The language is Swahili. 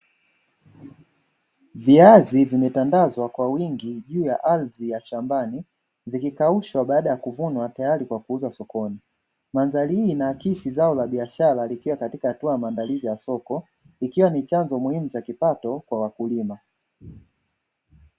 Viazi vimetandazwa kwa wingi juu ya ardhi ya shambani vikikaushwa baada ya kuvunwa tayari kwa kuuzwa sokoni, mandhari hii inaakisi zao la biashara likiwa katika hatua ya maandalizi ya soko ikiwa ni chanzo muhimu cha kipato kwa wakulima.